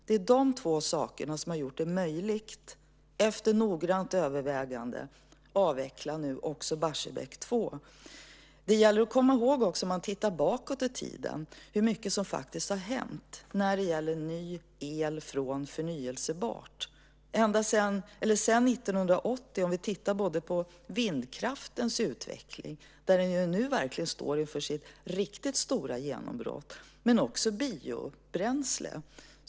Det är dessa två saker som har gjort det möjligt att efter noggrant övervägande nu också avveckla Barsebäck 2. Det gäller också att titta bakåt i tiden och komma ihåg hur mycket som faktiskt har hänt när det gäller ny el från förnybara källor. Låt oss titta på vindkraftens utveckling sedan 1980. Den står nu inför sitt riktigt stora genombrott. Det gäller också biobränslen.